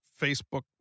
Facebook